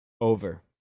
Over